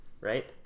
right